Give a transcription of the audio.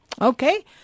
Okay